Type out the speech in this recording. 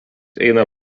eina